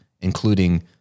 including